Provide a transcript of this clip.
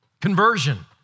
conversion